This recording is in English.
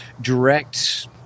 direct